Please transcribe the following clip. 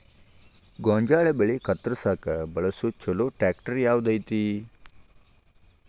ಗೋಂಜಾಳ ಬೆಳೆ ಕತ್ರಸಾಕ್ ಬಳಸುವ ಛಲೋ ಟ್ರ್ಯಾಕ್ಟರ್ ಯಾವ್ದ್ ಐತಿ?